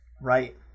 Right